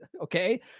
okay